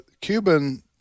Cuban